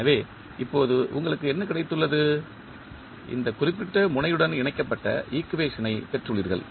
எனவே இப்போது உங்களுக்கு என்ன கிடைத்துள்ளது இந்த குறிப்பிட்ட முனையுடன் இணைக்கப்பட்ட ஈக்குவேஷன் ஐப் பெற்றுள்ளீர்கள்